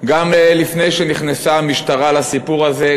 גם לפני שנכנסה המשטרה לסיפור הזה,